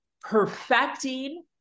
perfecting